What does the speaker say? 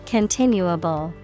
Continuable